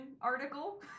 article